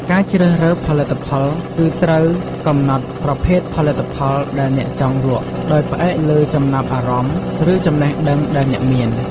ការជ្រើសរើសផលិតផលគឺ ត្រូវកំណត់ប្រភេទផលិតផលដែលអ្នកចង់លក់ ដោយផ្អែកលើចំណាប់អារម្មណ៍ ឬចំណេះដឹងដែលអ្នកមាន។